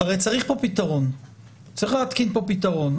הרי צריך להתקין פה פתרון.